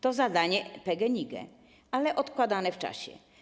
To jest zadanie PGNiG, ale odkładane w czasie.